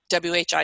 WHI